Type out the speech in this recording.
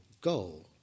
goal